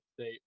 state